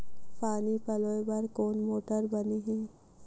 पानी पलोय बर कोन मोटर बने हे?